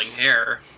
hair